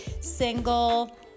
single